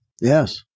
Yes